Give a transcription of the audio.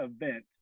event